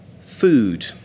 food